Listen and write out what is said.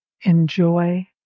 enjoy